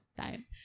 time